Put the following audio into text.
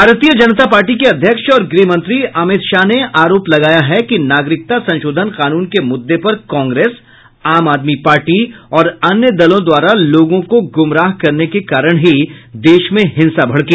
भारतीय जनता पार्टी के अध्यक्ष और गृहमंत्री अमित शाह ने आरोप लगाया है कि नागरिकता संशोधन कानून के मुद्दे पर कांग्रेस आम आदमी पार्टी और अन्य दलों द्वारा लोगों को गुमराह करने के कारण ही देश में हिंसा भड़की